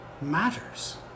matters